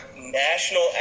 national